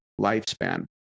lifespan